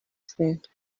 said